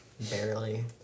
Barely